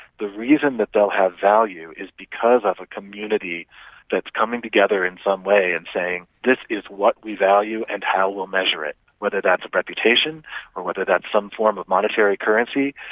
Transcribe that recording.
the reason that they'll have value is because of a community that's coming together in some way and saying, this is what we value and how we'll measure it, whether that's a reputation or whether that's some form of monetary currency.